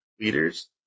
leaders